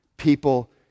People